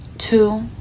two